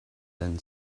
then